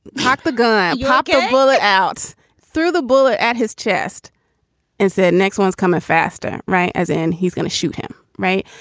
cock the gum pocket. pull it out through the bullet at his chest and said, next one's come in faster. right. as in he's going to shoot him. right.